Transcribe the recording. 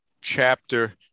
chapter